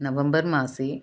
नवम्बर् मासे